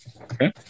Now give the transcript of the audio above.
Okay